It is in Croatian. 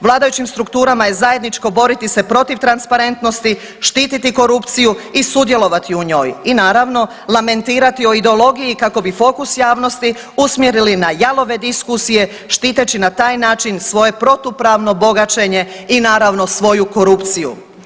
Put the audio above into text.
Vladajućim strukturama je zajedničko boriti se protiv transparentnosti , štiti korupciju i sudjelovati u njoj i naravno lamentirati o ideologiji kako bi fokus javnosti usmjerili na jalove diskusije štiteći na taj način svoje protupravno bogaćenje i naravno svoju korupciju.